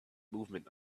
movement